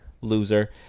loser